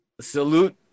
salute